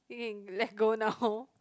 you can let go now